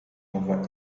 over